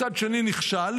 מצד שני נכשל.